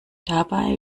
dabei